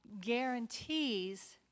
guarantees